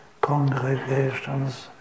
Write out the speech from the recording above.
congregations